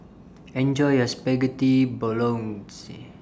Enjoy your Spaghetti Bolognese